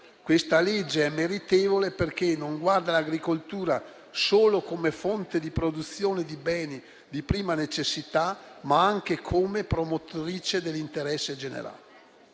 di legge è meritevole perché non guarda all'agricoltura solo come fonte di produzione di beni di prima necessità, ma anche come promotrice dell'interesse generale